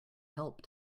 help